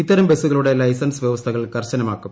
ഇത്തരം ബസുകളുടെ ലൈസൻസ് വൃവസ്ഥകൾ കർശനമാക്കും